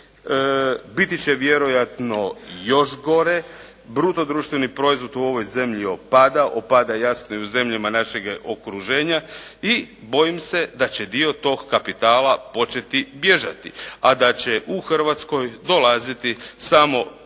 Biti će vjerojatno još gore, bruto društveni proizvod u ovoj zemlji opada, opada jasno i u zemljama našeg okruženja i bojim se da će dio toga kapitala početi bježati a da će u Hrvatskoj dolaziti samo